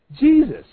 Jesus